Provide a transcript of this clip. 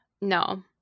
No